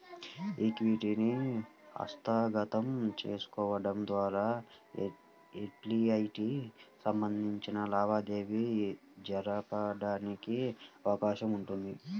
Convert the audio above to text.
ఈక్విటీని హస్తగతం చేసుకోవడం ద్వారా ఎఫ్డీఐకి సంబంధించిన లావాదేవీ జరగడానికి అవకాశం ఉంటుంది